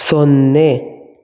ಸೊನ್ನೆ